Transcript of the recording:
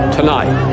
tonight